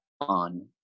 on